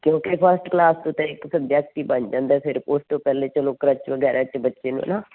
ਕਿਉਂਕਿ first class ਤਾਂ ਇੱਕ ਸਬਜੈਕਟ ਹੀ ਬਣ ਜਾਂਦਾ ਫਿਰ ਉਸਤੋਂ ਪਹਿਲੇ ਚਲੋ ਘਰ 'ਚ ਵਗੈਰਾ ਚ ਬੱਚੇ ਨੂੰ ਨਾ